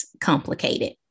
complicated